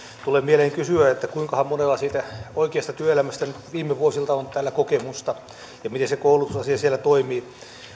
tulee mieleen kysyä kuinkahan monella täällä oikeasta työelämästä nyt viime vuosilta on kokemusta ja miten se koulutusasia siellä toimii